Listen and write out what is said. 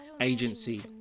agency